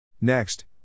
Next